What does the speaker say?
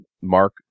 Mark